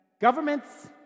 governments